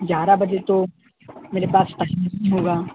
گیارہ بجے تو میرے پاس ٹائم نہیں ہو گا